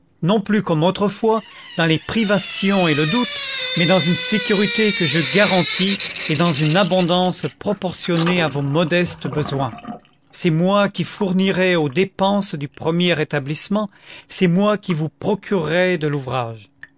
non plus comme autrefois dans les privations et le doute mais dans une sécurité que je garantis et dans une abondance proportionnée à vos modestes besoins c'est moi qui four nirai aux dépenses du premier établissement c'est moi qui vous procurerai de l'ouvrage